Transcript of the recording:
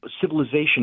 civilization